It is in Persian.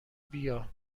بیا